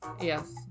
yes